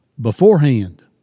beforehand